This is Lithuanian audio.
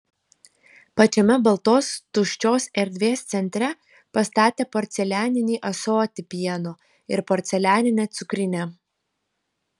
pačiame baltos tuščios erdvės centre pastatė porcelianinį ąsotį pieno ir porcelianinę cukrinę